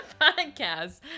podcast